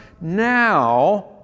now